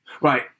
Right